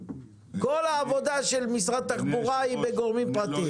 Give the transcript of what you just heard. כל העבודה של משרד התחבורה היא דרך גורמים פרטיים.